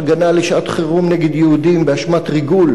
לשעת-חירום נגד יהודים באשמת ריגול,